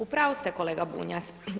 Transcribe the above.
U pravu ste kolega Bunjac.